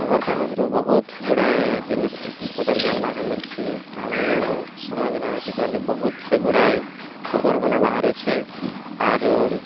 ଖବର୍କାଗଜ୍ରୁ ବହୁତ୍ ଗୁଡ଼ାଏ ଜିନିଷ୍ ପତର୍ ଜାନ୍ବାକେ ମିଲ୍ସି ଆଉ ସମାଜ୍ନେ ଆଜିକାଲି ବହୁତ୍ ସେ ଗୁଡ଼ାଏ ଖବର୍ମନେ ବାହାରୁଛେ ଆରୁ